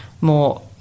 more